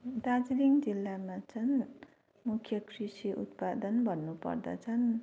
दार्जिलिङ जिल्लामा चाहिँ मुख्य कृषि उत्पादन भन्नु पर्दा चाहिँ